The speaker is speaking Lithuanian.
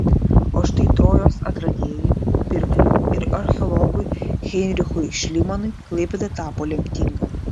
o štai trojos atradėjui pirkliui ir archeologui heinrichui šlymanui klaipėda tapo lemtinga